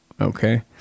Okay